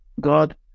God